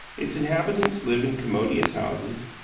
its inhabitants live in commodious houses,